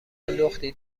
لختی